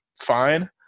fine